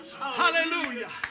hallelujah